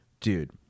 dude